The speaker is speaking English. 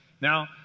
Now